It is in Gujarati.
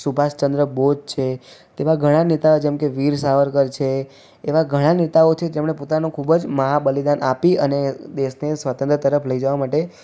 સુભાષચંદ્ર બોઝ છે તેવા ઘણા નેતાઓ જેમકે વીર સાવરકર છે એવા ઘણા નેતાઓ છે જેમણે પોતાનું ખૂબ જ મહાબલિદાન આપી અને દેશને સ્વતંત્રતા તરફ લઈ જવા માટે